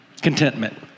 Contentment